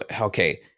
Okay